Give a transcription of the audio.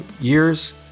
years